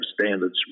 standards